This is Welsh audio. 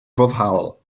foddhaol